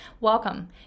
welcome